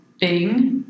Bing